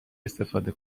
استفاده